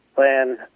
Plan